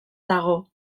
dago